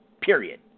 Period